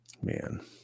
man